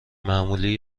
معمولی